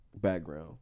background